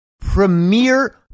premier